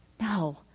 No